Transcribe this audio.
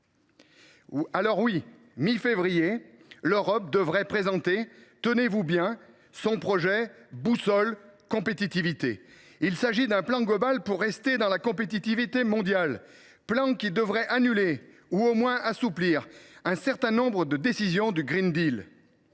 « À la mi février, l’Europe devrait présenter, tenez vous bien, un projet de “boussole de la compétitivité”. Il s’agit d’un plan global pour rester dans la compétition mondiale, plan qui devrait annuler ou au moins assouplir un certain nombre de décisions du.